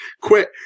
Quit